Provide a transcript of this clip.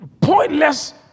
pointless